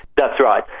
that's right.